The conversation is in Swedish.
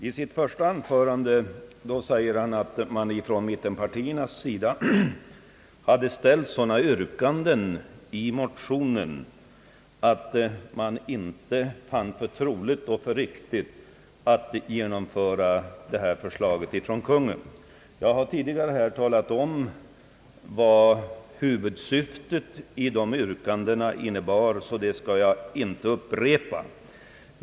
I sitt första anförande sade han att man från mittenpartiernas sida hade ställt sådana yrkanden i motionen, att Kungl. Maj:t inte fann för riktigt att genomföra detta förslag. Jag har här tidigare talat om vad huvud syftet i yrkandena innebar, och det skall jag inte upprepa.